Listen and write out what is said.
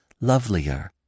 lovelier